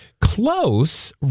Close